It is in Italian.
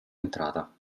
entrata